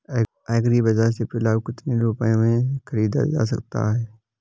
Agree बाजार से पिलाऊ कितनी रुपये में ख़रीदा जा सकता है?